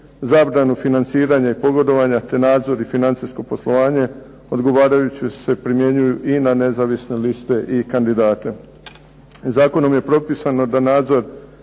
zabranu financiranja i pogodovanja te nadzor i financijsko poslovanje odgovarajuće se primjenjuju i na nezavisne liste i kandidate. Zakonom je propisano da nadzor